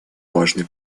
важный